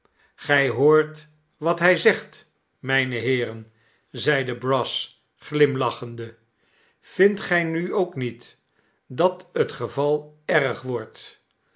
gij hoort wat hij zegt mijne heeren zeide brass glimlachende vindt gij nu ook niet dat het geval erg wordt